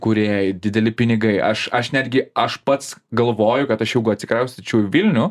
kūrėjai dideli pinigai aš aš netgi aš pats galvoju kad aš jeigu atsikraustyčiau į vilnių